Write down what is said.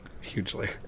Hugely